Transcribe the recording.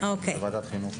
נתקבלה.